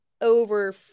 over